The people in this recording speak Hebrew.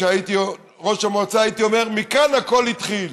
כשהייתי ראש המועצה הייתי אומר: מכאן הכול התחיל,